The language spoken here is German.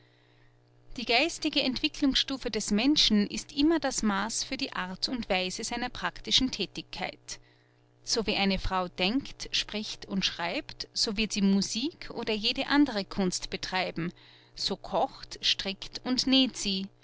die geistige entwicklungsstufe des menschen ist immer das maß für die art und weise seiner praktischen thätigkeit so wie eine frau denkt spricht und schreibt so wird sie musik oder jede andere kunst betreiben so kocht strickt und näht sie